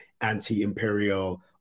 anti-imperial